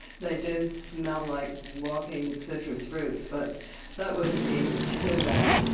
they do smell like walking citrus fruits, but that wouldn't be too bad.